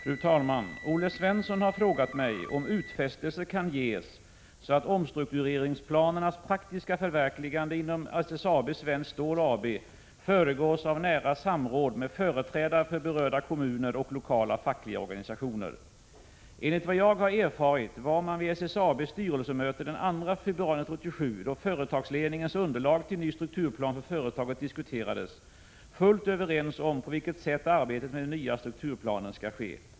Fru talman! Olle Svensson har frågat mig om utfästelser kan ges så att omstruktureringsplanernas praktiska förverkligande inom SSAB Svenskt Stål AB föregås av nära samråd med företrädare för berörda kommuner och lokala fackliga organisationer. Enligt vad jag har erfarit var man vid SSAB:s styrelsemöte den 2 februari 1987, då företagsledningens underlag till ny strukturplan för företaget diskuterades, fullt överens om på vilket sätt arbetet med den nya strukturplanen skall ske.